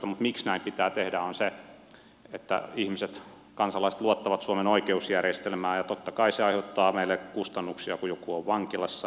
mutta se miksi näin pitää tehdä on se että ihmiset kansalaiset luottavat suomen oikeusjärjestelmään ja totta kai se aiheuttaa meille kustannuksia kun joku on vankilassa